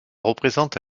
représente